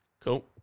Cool